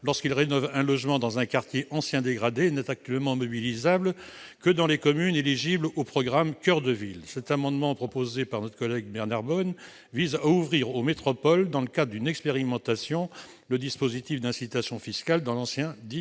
lorsqu'ils rénovent un logement dans un quartier ancien dégradé n'est actuellement mobilisable que dans les communes éligibles au programme Action coeur de ville. Cet amendement, déposé par notre collègue Bernard Bonne, vise à ouvrir aux métropoles, dans le cadre d'une expérimentation, le dispositif d'incitation fiscale dans l'ancien, dit